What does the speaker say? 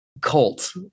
cult